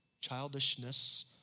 childishness